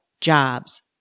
jobs